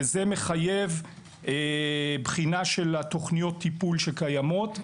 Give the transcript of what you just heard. וזה מחייב בחינה של התוכניות טיפול שקיימות,